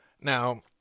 Now